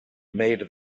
made